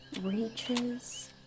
reaches